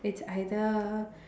it's either